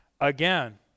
again